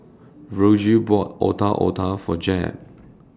Virgil bought Otak Otak For Jeb